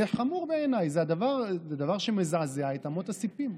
זה חמור בעיניי, זה דבר שמזעזע את אמות הסיפים.